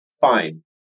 fine